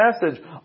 message